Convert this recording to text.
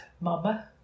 mama